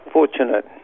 fortunate